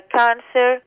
cancer